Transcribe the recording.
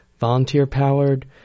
volunteer-powered